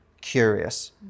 curious